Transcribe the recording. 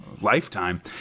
Lifetime